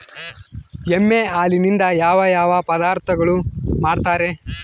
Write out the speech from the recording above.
ಎಮ್ಮೆ ಹಾಲಿನಿಂದ ಯಾವ ಯಾವ ಪದಾರ್ಥಗಳು ಮಾಡ್ತಾರೆ?